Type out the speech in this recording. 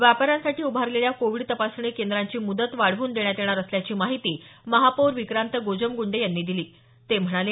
व्यापाऱ्यांसाठी उभारलेल्या कोविड तपासणी केंद्रांची मुदत वाढवून देण्यात येणार असल्याची माहिती महापौर विक्रांत गोजमगुंडे यांनी दिली ते म्हणाले